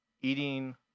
eating